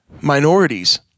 minorities